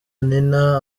nina